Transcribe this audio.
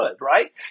right